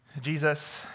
Jesus